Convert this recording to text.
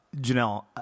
Janelle